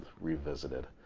Revisited